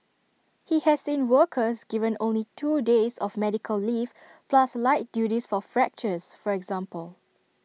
he has seen workers given only two days of medical leave plus light duties for fractures for example